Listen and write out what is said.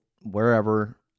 wherever